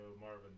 Marvin